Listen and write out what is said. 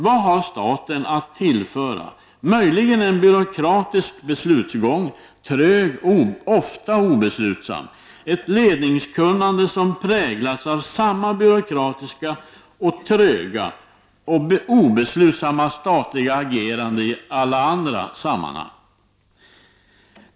Vad har staten att tillföra, annat än möjligen en trög och ofta obeslutsam beslutsgång — ett ledningskunnande som präglas av samma byråkratiska, tröga och obeslutsamma statliga agerande som i alla andra sammanhang?